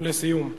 ולסיום.